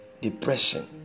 depression